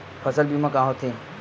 फसल बीमा का होथे?